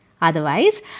Otherwise